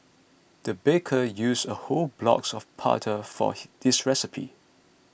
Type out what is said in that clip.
the baker used a whole blocks of butter for hey this recipe